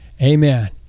Amen